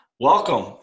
Welcome